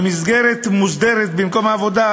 במסגרת מוסדרת במקום העבודה,